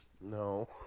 No